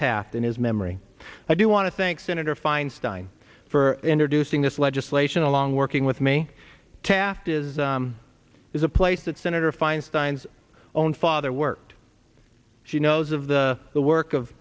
taft in his memory i do want to thank senator feinstein for introducing this legislation along working with me taft is is a place that senator feinstein's own father worked she knows of the the work of